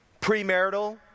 premarital